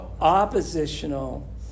oppositional